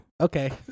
Okay